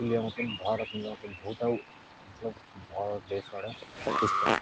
लेइ बोउते खून ते।